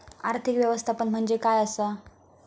आर्थिक व्यवस्थापन म्हणजे काय असा?